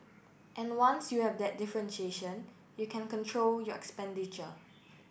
and once you have that differentiation you can control your expenditure